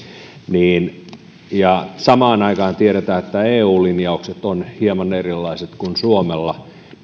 ja kun samaan aikaan tiedetään että eu linjaukset ovat hieman erilaiset kuin suomella